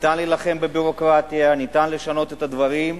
ניתן להילחם בביורוקרטיה, ניתן לשנות את הדברים.